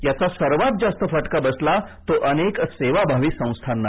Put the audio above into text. याचा सर्वात जास्त फटका बसला आहे तो अनेक सेवाभावी संस्थाना